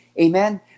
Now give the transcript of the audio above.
Amen